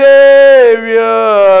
Savior